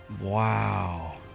Wow